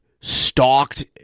stalked